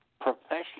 professional